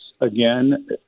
again